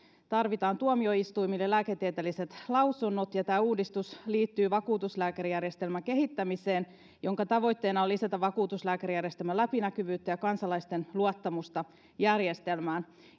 tarvitaan tuomioistuimille lääketieteelliset lausunnot ja tämä uudistus liittyy vakuutuslääkärijärjestelmän kehittämiseen jonka tavoitteena on lisätä vakuutuslääkärijärjestelmän läpinäkyvyyttä ja kansalaisten luottamusta järjestelmään